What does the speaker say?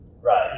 Right